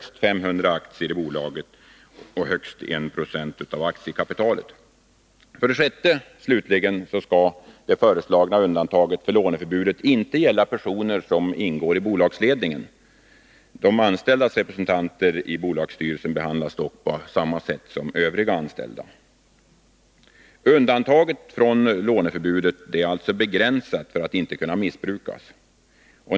Slutligen skall det föreslagna undantaget från låneförbudet ej gälla personer som ingår i bolagsledningen. De anställdas representanter i bolagsstyrelsen behandlas dock på samma sätt som övriga anställda. Undantaget från låneförbudet är alltså begränsat för att inte kunna missbrukas.